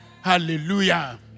Hallelujah